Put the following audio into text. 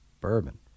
Bourbon